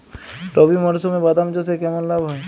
রবি মরশুমে বাদাম চাষে কেমন লাভ হয়?